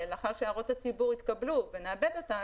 ולאחר שהערות הציבור יתקבלו ונעבד אותה,